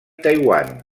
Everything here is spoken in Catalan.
taiwan